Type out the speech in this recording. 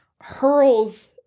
hurls